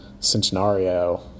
Centenario